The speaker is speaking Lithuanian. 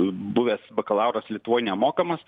buvęs bakalauras lietuvoj nemokamas